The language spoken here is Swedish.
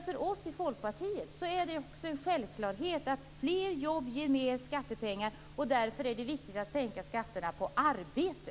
För oss i Folkpartiet är det en självklarhet att fler jobb ger mer skattepengar. Därför är det viktigt att sänka skatterna på arbete.